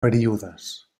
períodes